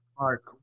mark